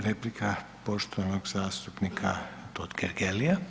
Replika poštovanog zastupnika Totgergelia.